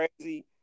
crazy